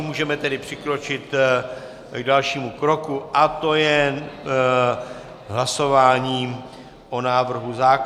Můžeme tedy přikročit k dalšímu kroku, a to je hlasování o návrhu zákona.